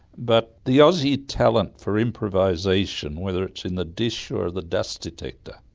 but the aussie talent for improvisation, whether it's in the dish or the dust detector,